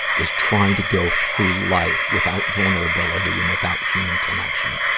is trying to go through life without vulnerability and without human connection.